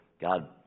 God